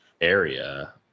area